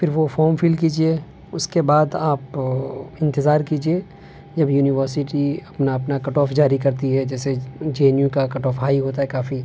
پھر وہ form fill کیجیے اس کے آپ انتظار کیجیے جب یونیورسٹی اپنا اپنا کٹ آف جاری کرتی ہے جیسے جے این یو کا کٹ آف ہائی ہوتا ہے کافی